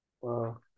wow